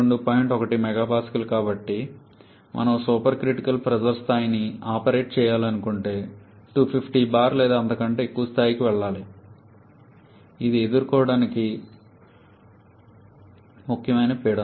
1 MPa కాబట్టి మనం supercritical pressure స్థాయిని ఆపరేట్ చేయాలనుకుంటే మనం 250 బార్ లేదా అంతకంటే ఎక్కువ స్థాయికి వెళ్లాలి ఇది ఎదుర్కోవటానికి ముఖ్యమైన పీడనం